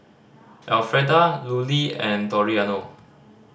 Elfreda Lulie and Toriano